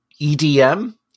EDM